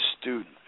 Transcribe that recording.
student